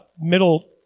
middle